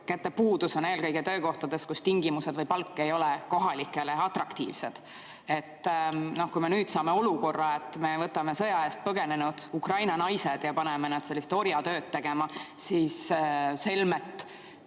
töökäte puudus on eelkõige töökohtades, kus tingimused või palk ei ole kohalikele atraktiivsed. Kui me nüüd saame olukorra, et me võtame sõja eest põgenenud Ukraina naised ja paneme nad sellist orjatööd tegema, siis selmet